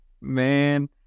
Man